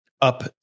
up